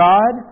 God